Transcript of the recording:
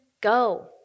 go